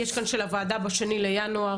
יש כאן של הוועדה ב-2 בינואר,